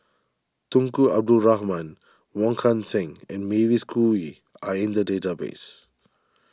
Tunku Abdul Rahman Wong Kan Seng and Mavis Khoo Oei are in the database